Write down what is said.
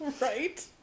Right